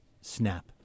Snap